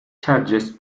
charges